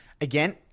Again